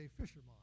fisherman